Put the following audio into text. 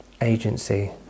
agency